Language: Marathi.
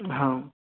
हां